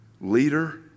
leader